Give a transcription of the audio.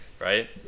Right